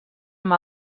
amb